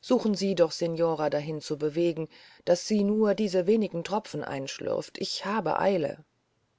suchen sie doch signora dahin zu bewegen daß sie nur diese wenigen tropfen einschlürft ich habe eile